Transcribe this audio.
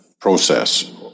process